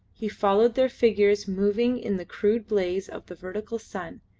he followed their figures moving in the crude blaze of the vertical sun,